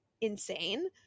insane